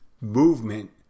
movement